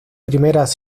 primeras